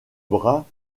bras